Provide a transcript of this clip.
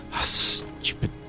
stupid